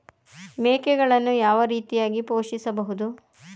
ಮೇಕೆಗಳನ್ನು ಯಾವ ರೀತಿಯಾಗಿ ಪೋಷಿಸಬಹುದು?